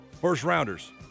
first-rounders